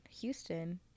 Houston